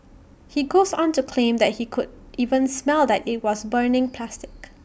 he goes on to claim that he could even smell that IT was burning plastic